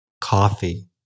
coffee